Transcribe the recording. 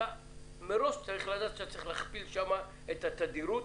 אתה מראש צריך לדעת ששם אתה צריך להכפיל את התדירות.